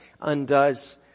undoes